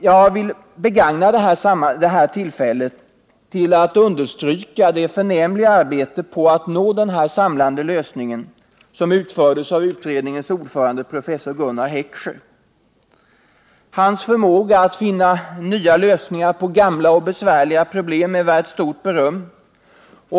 Jag vill begagna detta tillfälle till att understryka det förnämliga arbete på att nå den här samlande lösningen som utfördes av utredningens ordförande, professor Gunnar Heckscher. Hans förmåga att finna nya lösningar på gamla och besvärliga problem är värd stort beröm.